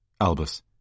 Albus